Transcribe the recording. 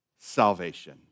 salvation